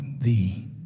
thee